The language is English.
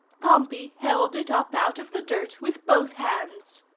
pompey held it up out of the dirt with both hands.